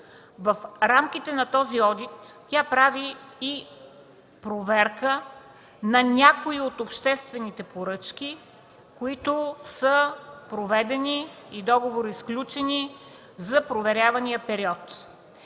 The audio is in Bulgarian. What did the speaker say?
в рамките на този одит тя прави и проверка на някои от обществените поръчки, които са проведени и сключени договори за проверявания период.